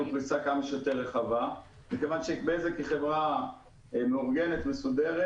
פריסה כמה שיותר רחבה מכיוון שבזק היא חברה מאורגנת ומסודרת